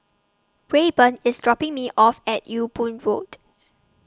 Rayburn IS dropping Me off At Ewe Boon Road